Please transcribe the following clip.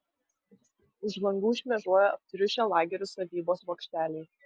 už langų šmėžuoja aptriušę lagerių sargybos bokšteliai